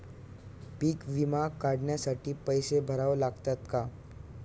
पीक विमा काढण्यासाठी पैसे भरावे लागतात का?